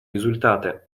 результаты